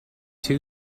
two